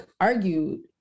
argued